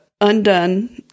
undone